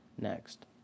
Next